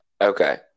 Okay